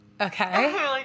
Okay